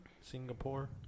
Singapore